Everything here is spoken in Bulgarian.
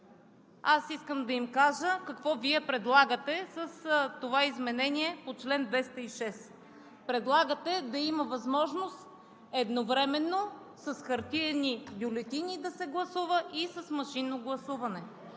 Аз искам да им кажа какво предлагате Вие с това изменение по чл. 206. Предлагате да има възможност едновременно с хартиени бюлетини да се гласува и с машинно гласуване.